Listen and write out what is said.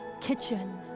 kitchen